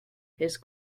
his